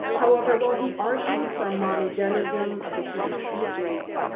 however, while he argued for a monogenism of the human species,